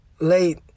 late